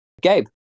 Gabe